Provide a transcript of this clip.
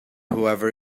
whoever